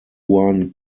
juan